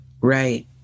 Right